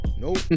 Nope